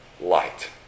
light